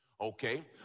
Okay